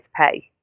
pay